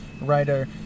writer